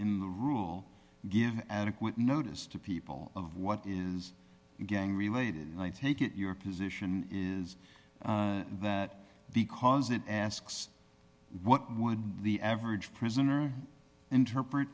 in the rule give adequate notice to people of what is gang related and i take it your position is that because it asks what would the average prisoner interpret